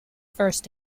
first